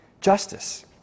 justice